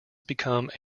become